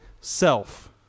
self